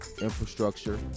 infrastructure